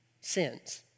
sins